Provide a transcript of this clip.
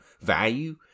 value